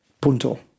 Punto